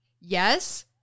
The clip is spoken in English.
Yes